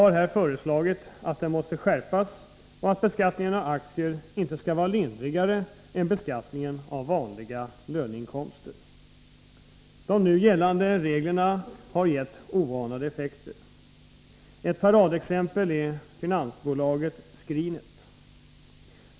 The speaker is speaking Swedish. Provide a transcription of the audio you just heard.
Vpk har föreslagit att den skall skärpas och att beskattningen av aktier inte skall vara lindrigare än beskattningen av vanliga löneinkomster. De nu gällande reglerna har gett oanade effekter. Ett paradexempel är finansbolaget Skrinet.